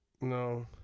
No